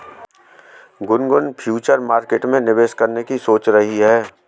Gungun future market में निवेश करने की सोच रही है